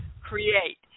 create